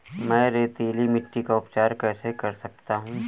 मैं रेतीली मिट्टी का उपचार कैसे कर सकता हूँ?